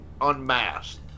Unmasked